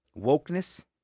wokeness